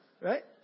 Right